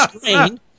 screen